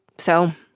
so